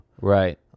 Right